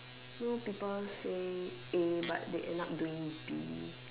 know people say A but they end up doing B